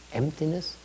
emptiness